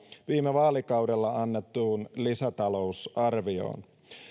viime vaalikaudella annettuun lisätalousarvioon